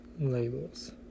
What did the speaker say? labels